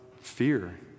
fear